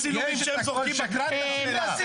יש צילומים שהם זורקים בקבוקי תבערה.